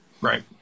Right